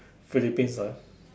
Philippines ah